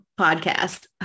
podcast